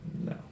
No